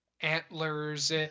Antlers